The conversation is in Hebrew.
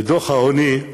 בדוח העוני,